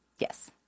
Yes